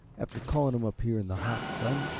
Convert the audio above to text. after calling him up here in the hot sun?